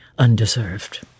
undeserved